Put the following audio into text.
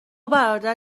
برادر